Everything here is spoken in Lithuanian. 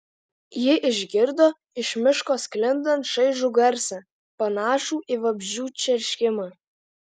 ji išgirdo iš miško sklindant šaižų garsą panašų į vabzdžių čerškimą